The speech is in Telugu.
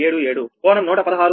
77 కోణం 116